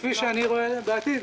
כפי שאני רואה את העתיד,